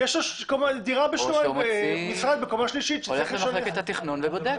הוא הולך למחלקת התכנון ובודק.